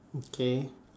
okay